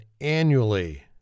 annually